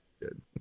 good